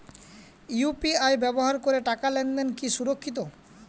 UPI ব্যবহার করে টাকা লেনদেন কি সুরক্ষিত?